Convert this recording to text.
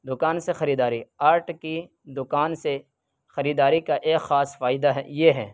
دکان سے خریداری آرٹ کی دکان سے خریداری کا ایک خاص فائدہ ہے یہ ہے